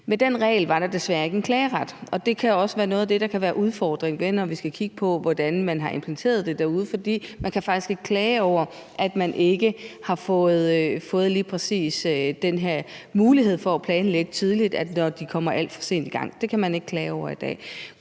Med den regel var der desværre ikke en klageret, og det kan også være noget af det, der kan være udfordringen, når vi skal kigge på, hvordan man har implementeret det derude, for man kan faktisk ikke klage over, at man ikke har fået lige præcis den her mulighed for at planlægge tidligt, når de kommer alt for sent i gang. Det kan man ikke klage over i dag.